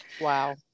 Wow